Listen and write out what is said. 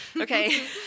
okay